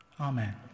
Amen